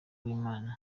uwimana